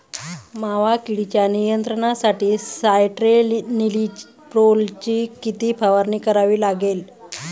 मावा किडीच्या नियंत्रणासाठी स्यान्ट्रेनिलीप्रोलची किती फवारणी करावी लागेल?